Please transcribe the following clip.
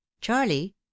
Charlie